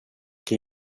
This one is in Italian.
che